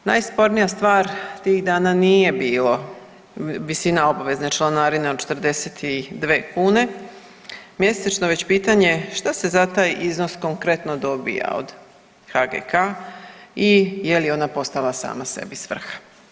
Najspornija stvar tih dana nije bilo visina obvezne članarine od 42 kune mjesečno, već pitanje što se za taj iznos konkretno dobija od HGK-a i je li ona postala sama sebi svrha.